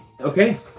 Okay